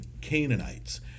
Canaanites